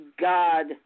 God